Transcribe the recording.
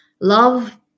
love